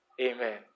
Amen